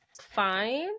fine